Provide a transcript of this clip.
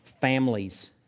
families